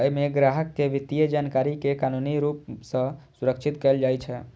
अय मे ग्राहक के वित्तीय जानकारी कें कानूनी रूप सं संरक्षित कैल जाइ छै